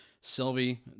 Sylvie